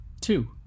Two